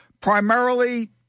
primarily